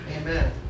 Amen